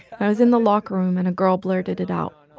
i was in the locker room, and a girl blurted it out.